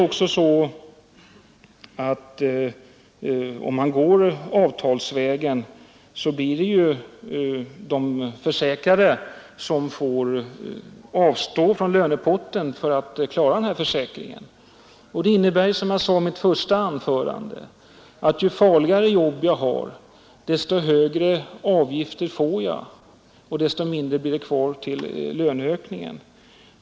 Om frågan löses avtalsvägen, så får ju de försäkrade avstå från en del av lönepotten för att klara den här försäkringen. Det innebär, som jag sade i mitt första anförande, att ju farligare jobb jag har, desto högre avgifter får jag och desto mindre blir det kvar i löneökning.